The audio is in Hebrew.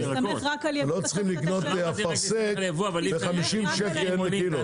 לא צריך לקנות אפרסק ב-50 שקל לקילו.